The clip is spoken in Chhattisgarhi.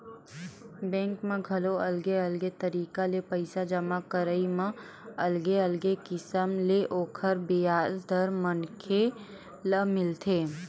बेंक म घलो अलगे अलगे तरिका ले पइसा जमा करई म अलगे अलगे किसम ले ओखर बियाज दर मनखे ल मिलथे